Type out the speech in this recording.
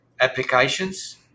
applications